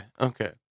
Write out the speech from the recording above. okay